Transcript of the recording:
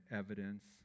evidence